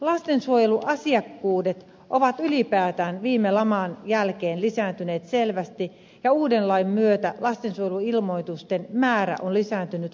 lastensuojeluasiakkuudet ovat ylipäätään viime laman jälkeen lisääntyneet selvästi ja uuden lain myötä lastensuojeluilmoitusten määrä on lisääntynyt huomattavasti